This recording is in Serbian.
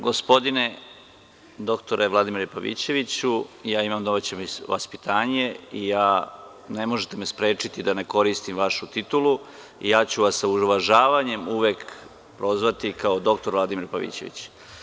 Gospodine dr Vladimire Pavićeviću, ja imam i domaće vaspitanje i ne možete me sprečiti da ne koristim vašu titulu i sa uvažavanjem ću vas uvek prozvati kao doktor Vladimir Pavićević.